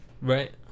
Right